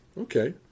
okay